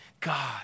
God